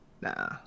Nah